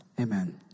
Amen